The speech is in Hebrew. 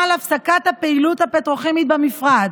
על הפסקת הפעילות הפטרוכימית במפרץ,